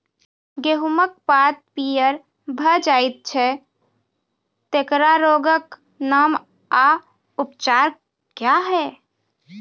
गेहूँमक पात पीअर भअ जायत छै, तेकरा रोगऽक नाम आ उपचार क्या है?